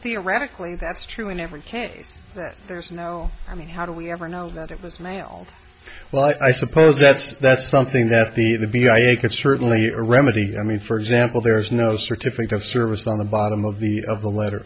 theoretically that's true in every case that there's no i mean how do we ever know that it was male well i suppose that's that's something that the the b i a could certainly a remedy i mean for example there is no certificate of service on the bottom of the of the letter